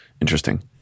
interesting